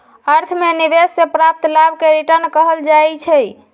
अर्थ में निवेश से प्राप्त लाभ के रिटर्न कहल जाइ छइ